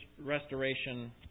restoration